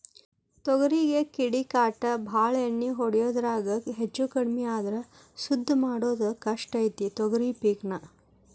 ತೊಗರಿಗೆ ಕೇಡಿಕಾಟ ಬಾಳ ಎಣ್ಣಿ ಹೊಡಿದ್ರಾಗ ಹೆಚ್ಚಕಡ್ಮಿ ಆದ್ರ ಸುದ್ದ ಮಾಡುದ ಕಷ್ಟ ಐತಿ ತೊಗರಿ ಪಿಕ್ ನಾ